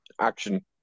action